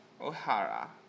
O'Hara